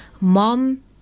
Mom